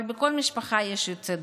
אבל בכל משפחה יש יוצא דופן.